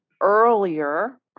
earlier